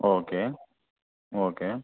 okay okay